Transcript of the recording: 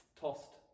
tossed